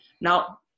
now